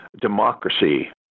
democracy